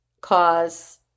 cause